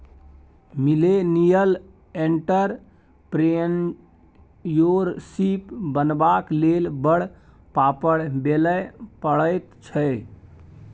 millennial entrepreneurship बनबाक लेल बड़ पापड़ बेलय पड़ैत छै